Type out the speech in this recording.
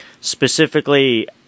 specifically